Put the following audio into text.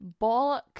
bollock